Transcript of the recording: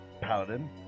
paladin